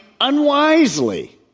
unwisely